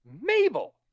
Mabel